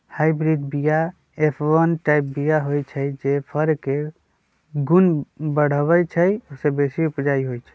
hybrid बीया F one type बीया हई जे फर के गुण बढ़बइ छइ आ बेशी उपजाउ होइ छइ